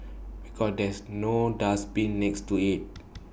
because there's no dustbin next to IT